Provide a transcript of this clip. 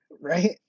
right